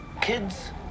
kids